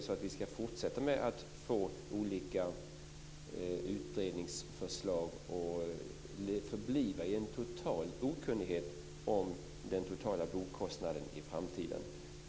Ska vi fortsätta att få utredningsförslag och förbli i total okunnighet om den totala boendekostnaden i framtiden?